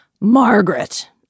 Margaret